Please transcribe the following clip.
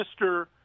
Mr